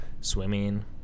Swimming